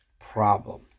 problem